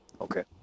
okay